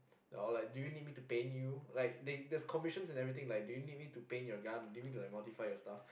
or like do you need me to paint you like they have commissions and all these like do you need me to paint your gun do you need me to modify your stuff